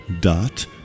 dot